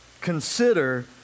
consider